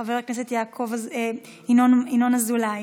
חבר הכנסת ינון אזולאי